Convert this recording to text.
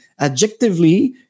adjectively